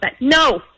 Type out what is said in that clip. No